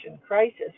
crisis